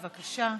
בבקשה.